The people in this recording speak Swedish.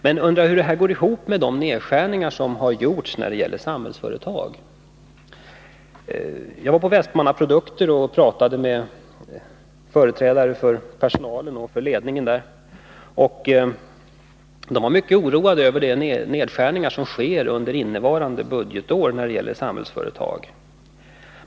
Men hur går detta ihop med de nedskärningar som gjorts när det gäller Samhällsföretag? Jag har varit på Västmannaprodukter och pratat med företrädare för personalen och ledningen där. De var mycket oroade över de nedskärningar som sker under innevarande budgetår när det gäller Samhällsföretag.